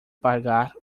pagar